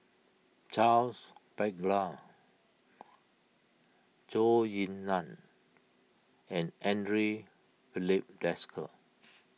Charles Paglar Zhou Ying Nan and andre Filipe Desker